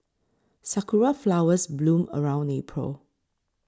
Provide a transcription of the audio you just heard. sakura flowers bloom around April